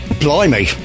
blimey